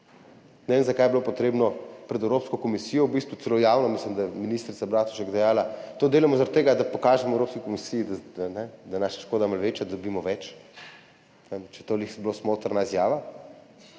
Ne vem, zakaj je bilo potrebno pred Evropsko komisijo, v bistvu celo javno, mislim, da je ministrica Bratušek dejala, to delamo zaradi tega, da pokažemo Evropski komisiji, da je naša škoda malo večja, da dobimo več. Ne vem, če je bila to ravno smotrna izjava.